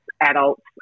adults